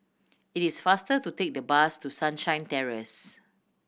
it is faster to take the bus to Sunshine Terrace